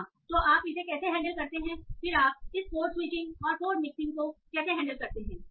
हाँ तो आप इसे कैसे हैंडल करते हैं फिर आप इस कोड स्विचिंग और कोड मिक्सिंग को कैसे हैंडल करते हैं